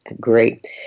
Great